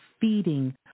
feeding